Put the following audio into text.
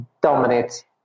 dominate